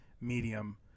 medium